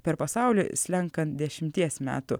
per pasaulį slenkant dešimties metų